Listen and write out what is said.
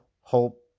hope